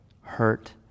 hurt